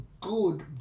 good